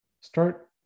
start